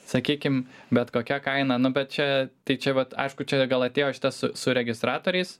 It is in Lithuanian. sakykim bet kokia kaina nu bet čia tai čia vat aišku čia gal atėjo šitas su su registratoriais